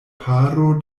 paro